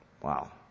Wow